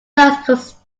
thus